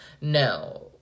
No